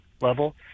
level